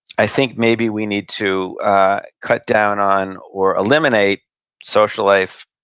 i think maybe we need to cut down on or eliminate social life,